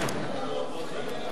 שפונים לאוניברסיטאות